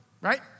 right